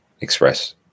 express